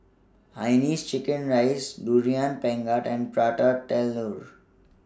Hainanese Chicken Rice Durian Pengat and Prata Telur